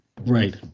Right